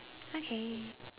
okay